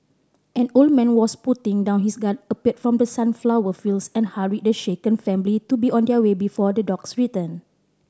an old man was putting down his gun appeared from the sunflower fields and hurried the shaken family to be on their way before the dogs return